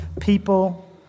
people